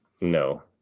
No